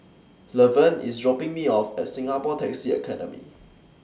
Lavern IS dropping Me off At Singapore Taxi Academy